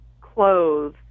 clothes